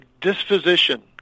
disposition